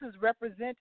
represent